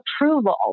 approval